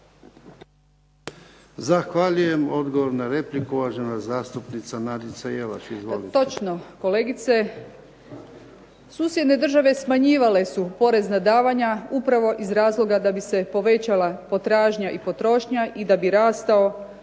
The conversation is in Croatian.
Zahvaljujem. Odgovor na repliku uvažena zastupnica Nadica Jelaš. Izvolite. **Jelaš, Nadica (SDP)** Točno kolegice. Susjedne države smanjivale su porezna davanja upravo iz razloga da bi se povećala potražnja i potrošnja i da bi rastao